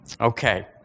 Okay